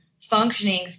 functioning